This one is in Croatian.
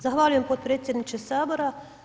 Zahvaljujem potpredsjedniče sabora.